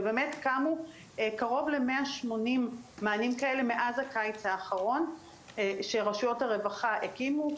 וקמו קרוב ל-180 מענים כאלה מאז הקיץ האחרון שרשויות הרווחה הקימו,